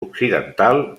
occidental